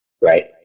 Right